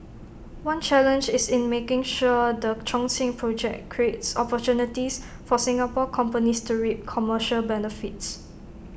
one challenge is in making sure the Chongqing project creates opportunities for Singapore companies to reap commercial benefits